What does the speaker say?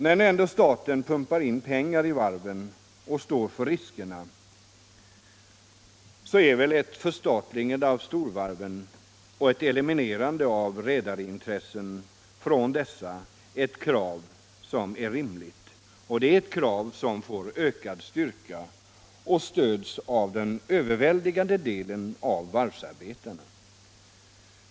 När nu ändå staten pumpar in pengar i varven och står för riskerna är väl ett förstatligande av storvarven och ett eliminerande av redarin tressena från dessa ett rimligt krav? Det är ett krav som får ökad styrka och stöd av den överväldigande delen av varvsarbetarna.